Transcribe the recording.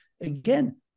Again